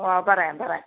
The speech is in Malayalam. ഓ പറയാം പറയാം